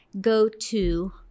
go-to